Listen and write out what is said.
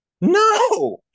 No